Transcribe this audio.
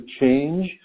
change